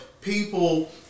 people